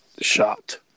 shot